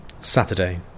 Saturday